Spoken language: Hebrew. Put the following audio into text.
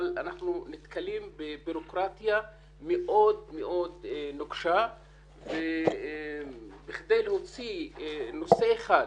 אבל אנחנו נתקלים בבירוקרטיה מאוד מאוד נוקשה ובכדי להוציא נושא אחד,